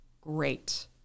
great